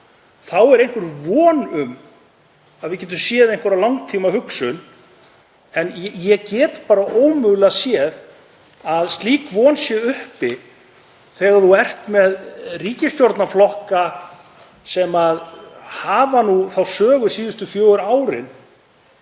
Þá er einhver von um að við getum séð einhverja langtímahugsun. En ég get bara ómögulega séð að slík von sé uppi þegar þú ert með ríkisstjórnarflokka sem hafa þá sögu síðustu fjögur árin